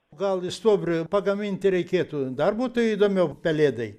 gal iš stuobrio pagaminti reikėtų dar būtų įdomiau pelėdai